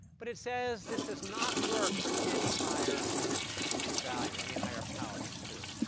but it says this does not work for any higher value, any higher power, than two.